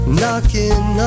knocking